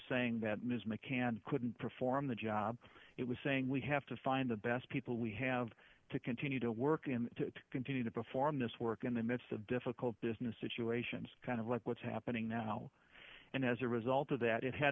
saying that ms mccann couldn't perform the job it was saying we have to find the best people we have to continue to work and to continue to perform this work in the midst of difficult business situations kind of like what's happening now and as a result of that it had